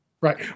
Right